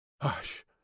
Hush